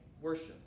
worship